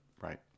Right